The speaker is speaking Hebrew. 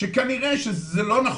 שכנראה שזה לא נכון,